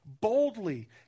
boldly